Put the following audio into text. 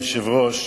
אדוני היושב-ראש,